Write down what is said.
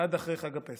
אחרי חג הפסח,